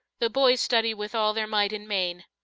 the boys study with all their might and main.